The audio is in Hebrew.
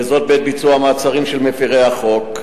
וזאת בעת ביצוע מעצרים של מפירי החוק.